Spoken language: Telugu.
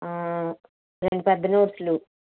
రెండు పెద్ద నోట్స్లు